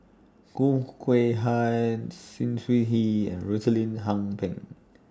Khoo Kay Hian Chen He and Rosaline Pang